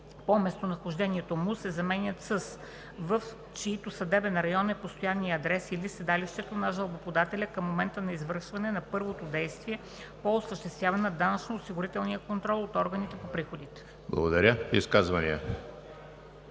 „по местонахождението му“ се заменят с „в чийто съдебен район е постоянният адрес или седалището на жалбоподателя към момента на извършване на първото действие по осъществяване на данъчно-осигурителния контрол от органите по приходите“.“